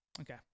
Okay